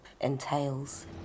entails